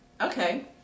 Okay